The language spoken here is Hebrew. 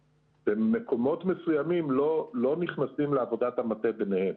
במקומות מסוימים לא נכנסים לעבודת המטה ביניהם.